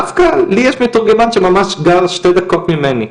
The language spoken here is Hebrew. דווקא לי יש מתורגמן שגר שתי דקות ממני.